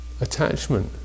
attachment